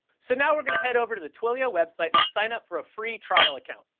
so now we're gonna head over to the twilio website and sign up for a free trial account.